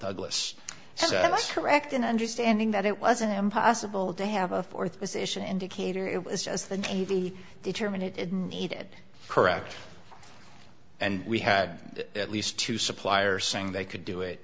must correct in understanding that it wasn't impossible to have a th position indicator it was as the navy determined it needed correct and we had at least two suppliers saying they could do it